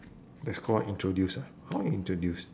that's call introduce ah how you introduce